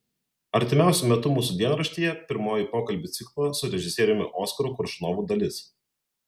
artimiausiu metu mūsų dienraštyje pirmoji pokalbių ciklo su režisieriumi oskaru koršunovu dalis